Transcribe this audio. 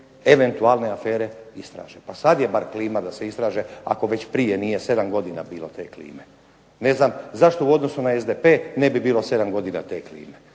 eventualne afere istraže. Pa sad je bar klima da se istraže, ako već prije nije 7 godina bilo te klime. Ne znam zašto u odnosu na SDP ne bi bilo 7 godina te klime?